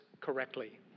correctly